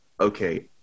Okay